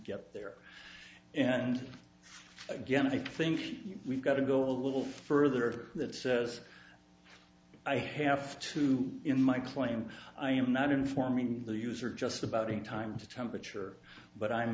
get there and again i think we've got to go a little further that says i have to in my claim i am not informing the user just about in time to temperature but i'm